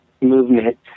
movement